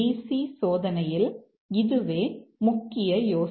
C சோதனையில் இதுவே முக்கிய யோசனை